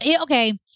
okay